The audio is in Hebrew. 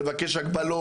לבקש הגבלות,